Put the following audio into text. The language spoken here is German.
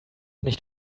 nicht